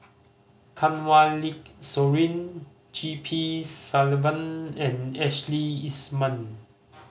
Kanwaljit Soin G P Selvam and Ashley Isham